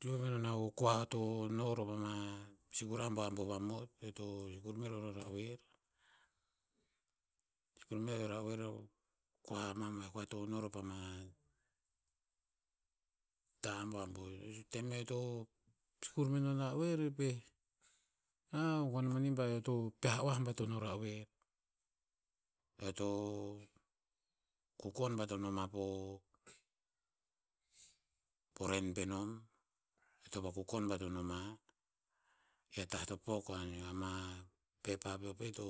Kiu mero na o kua to no ro pama sikur abuabuh vamot. Eo to sikur mero no ra'oer. Sikur mero no ra'oer o mamoeh kua to no ro pama tah abuabuh tem eo to, skur meno ra'oer eo pa'eh, go mani ba, eo to peah oah bat o no ra'oer. Eo to kukon bat o noma po, po ren pe nom. Eo to vakukon bat o noma. I a tah to pok o aneo. Ama pepa peo veh to,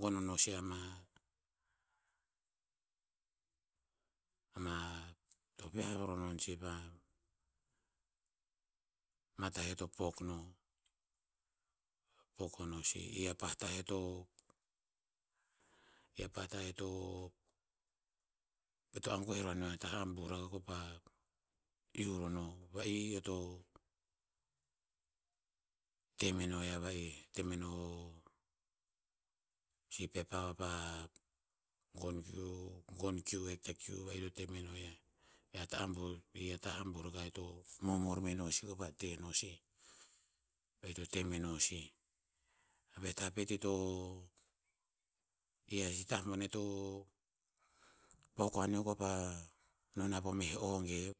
gon o no si ama, ama ama, si pa, ma tah eo to pok no. Pok o no si i a pah tah eo to- i a pah tah eo to, eo- to agoeh ro aneo a tah a abuh rakah ko pa iu ro no va'ih eo to te meno yiah va'ih. Te meno si pepa vapa gon kiu, gon kiu ahik ta kiu eo to meno yiah. I a tah abuh, i a tah abuh rakah eo to momor m- eno si ko pa te no sih. Va'ih to te meno sih. Meh tah pet ito, i a si tah boneh to, pok o aneo ko pa no na po meh o gev.